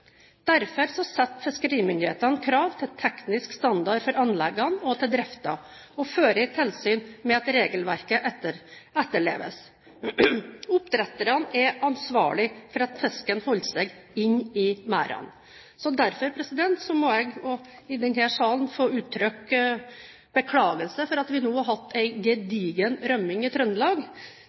Derfor setter fiskerimyndighetene krav til teknisk standard for anleggene og til driften og fører tilsyn med at regelverket etterleves. Oppdretterne er ansvarlige for at fisken holder seg inne i merdene. Derfor må jeg også i denne salen få uttrykke beklagelse for at vi nå har hatt en gedigen rømming i Trøndelag.